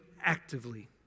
actively